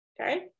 Okay